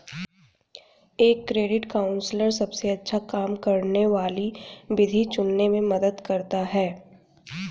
एक credit counsellor सबसे अच्छा काम करने वाली विधि चुनने में मदद करता है